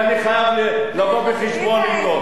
כי אני חייב לבוא חשבון אתו.